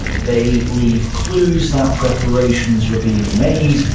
they leave clues that preparations were being made,